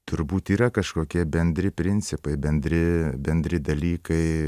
turbūt yra kažkokie bendri principai bendri bendri dalykai